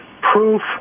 proof